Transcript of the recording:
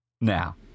now